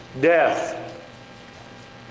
death